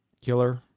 killer